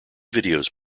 videos